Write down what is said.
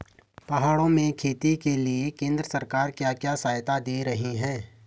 पहाड़ों में खेती के लिए केंद्र सरकार क्या क्या सहायता दें रही है?